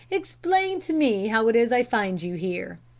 explain to me how it is i find you here